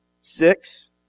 Six